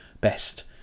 best